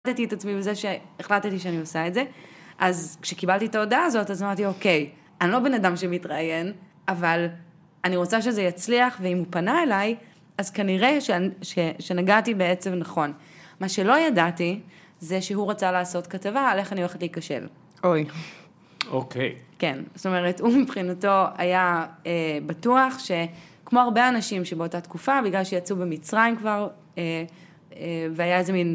את עצמי בזה שהחלטתי שאני עושה את זה, אז כשקיבלתי את ההודעה הזאת, אז אמרתי, אוקיי, אני לא בן אדם שמתראיין, אבל אני רוצה שזה יצליח, ואם הוא פנה אליי, אז כנראה שנגעתי בעצב נכון. מה שלא ידעתי זה שהוא רצה לעשות כתבה על איך אני הולכת להיכשל. - אוי! - אוקיי.. - כן, זאת אומרת, הוא מבחינתו היה בטוח שכמו הרבה אנשים שבאותה תקופה, בגלל שיצאו במצרים כבר, והיה איזה מין...